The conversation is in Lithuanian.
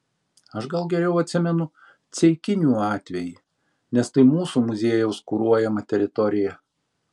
aš gal geriau atsimenu ceikinių atvejį nes tai mūsų muziejaus kuruojama teritorija